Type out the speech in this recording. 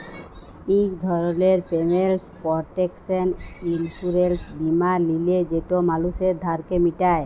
ইক ধরলের payment protection insurance বীমা লিলে যেট মালুসের ধারকে মিটায়